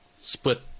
split